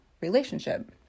relationship